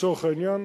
לצורך העניין,